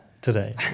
today